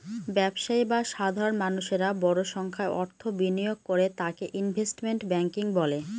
ব্যবসায়ী বা সাধারণ মানুষেরা বড় সংখ্যায় অর্থ বিনিয়োগ করে তাকে ইনভেস্টমেন্ট ব্যাঙ্কিং বলে